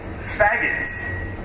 faggots